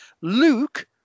Luke